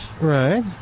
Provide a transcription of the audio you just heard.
Right